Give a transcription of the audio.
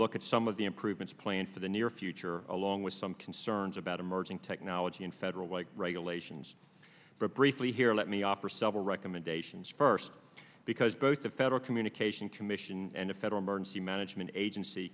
look at some of the improvements planned for the near future along with some concerns about emerging technology and federal regulations but briefly here let me offer several recommendations first because both the federal communication commission and the federal emergency management agency